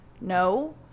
no